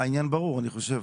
חברים, העניין ברור, אני חושב.